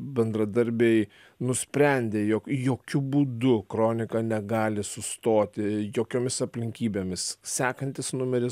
bendradarbiai nusprendė jog jokiu būdu kronika negali sustoti jokiomis aplinkybėmis sekantis numeris